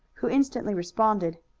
who instantly responded.